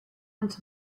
into